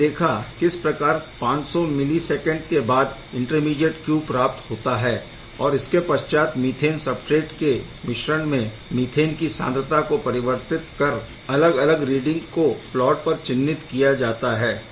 हमने देखा किस प्रकार 500 मिलीसैकेन्ड के बाद इंटरमीडीएट Q प्राप्त होता है और इसके पश्चात मीथेन सबस्ट्रेट के मिश्रण में मीथेन की सांद्रता को परिवर्तित कर अलग अलग रीडिंग को प्लॉट पर चिह्नित किया जाता है